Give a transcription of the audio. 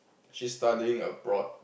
she's studying abroad